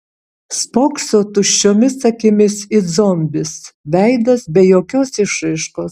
spokso tuščiomis akimis it zombis veidas be jokios išraiškos